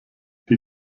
die